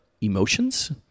emotions